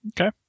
Okay